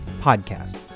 Podcast